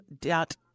dot